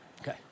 Okay